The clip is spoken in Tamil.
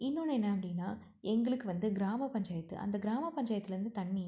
இன்னொன்று என்ன அப்படின்னா எங்களுக்கு வந்து கிராமப் பஞ்சாயத்து அந்தக் கிராம பஞ்சாயத்திலிருந்து தண்ணி